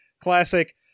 classic